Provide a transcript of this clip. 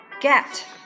get